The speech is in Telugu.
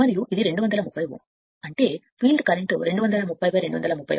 మరియు ఇది 230Ω అంటే ఫీల్డ్ కరెంట్ 230231 యాంపియర్